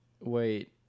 Wait